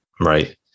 Right